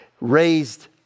raised